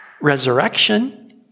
resurrection